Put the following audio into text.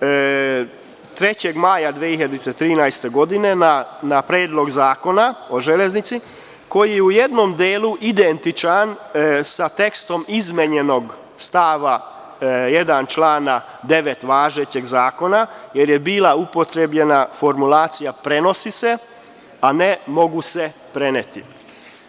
3. maja 2013. godine na Predlog zakona o železnici, koji je u jednom delu identičan sa tekstom izmenjenog stava 1. člana 9. važećeg zakona, jer je bila upotrebljena formulacija: „prenosi se“, a ne: „mogu se preneti“